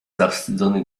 zawstydzony